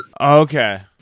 okay